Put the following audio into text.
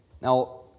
Now